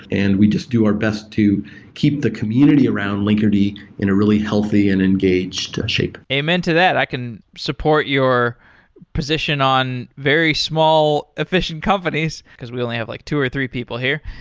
and we just do our best to keep the community around linkerd in a really healthy and engaged shape. amen to that. i can support your position on very small efficient companies, because we only have like two or three people here.